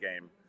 game